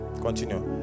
continue